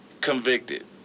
convicted